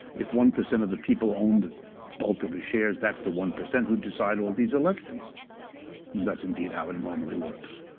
if one percent of the people own the bulk of the shares, that's the one percent who decide all these elections. and that's indeed how it normally works.